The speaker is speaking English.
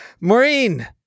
Maureen